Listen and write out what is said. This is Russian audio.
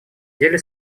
деле